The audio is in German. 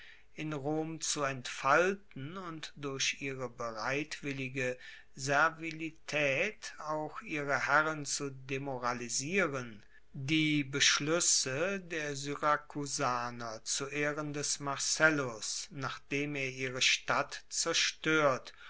in rom zu entfalten und durch ihre bereitwillige servilitaet auch ihre herren zu demoralisieren die beschluesse der syrakusaner zu ehren des marcellus nachdem er ihre stadt zerstoert